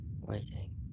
waiting